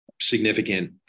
significant